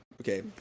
okay